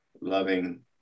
loving